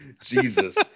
Jesus